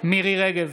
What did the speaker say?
מירי מרים רגב,